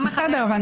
בסדר,